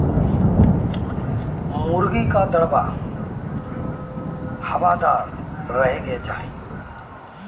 मुर्गी कअ दड़बा हवादार रहे के चाही